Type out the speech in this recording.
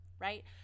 right